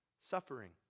suffering